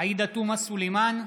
עאידה תומא סלימאן,